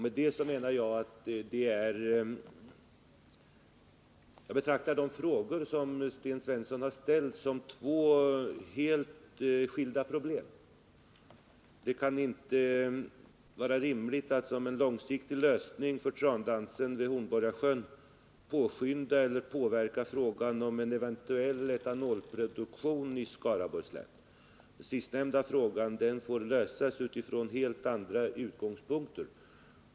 Enligt min mening berör de frågor som Sten Svensson ställt två helt skilda problem. Det kan inte vara rimligt att som en långsiktig lösning för trandansen vid Hornborgasjön påskynda eller påverka behandlingen av frågan om en eventuell etanolproduktion i Skaraborgs län. Denna fråga får lösas från helt andra utgångspunkter.